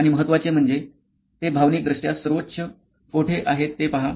" आणि महत्त्वाचे म्हणजे ते भावनिकदृष्ट्या सर्वोच्च कोठे आहेत ते पहा